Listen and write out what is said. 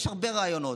יש הרבה רעיונות: